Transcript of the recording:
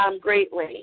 greatly